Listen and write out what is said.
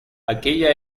aquella